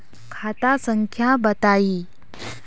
खाता संख्या बताई?